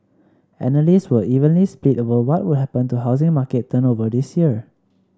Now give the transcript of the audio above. analysts were evenly split over what would happen to housing market turnover this year